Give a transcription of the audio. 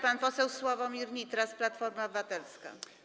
Pan poseł Sławomir Nitras, Platforma Obywatelska.